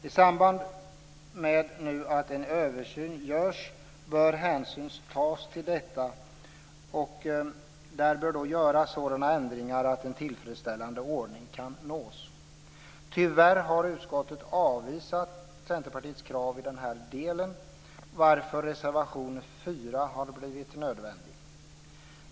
I samband med att en översyn nu görs bör hänsyn tas till detta och sådana ändringar göras att en tillfredsställande ordning kan nås. Tyvärr har utskottet avvisat Centerpartiets krav i denna del, varför reservation 4 har blivit nödvändig.